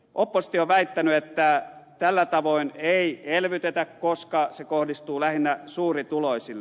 oppositio on väittänyt että tällä tavoin ei elvytetä koska se kohdistuu lähinnä suurituloisille